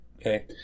Okay